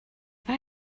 war